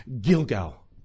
Gilgal